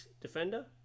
defender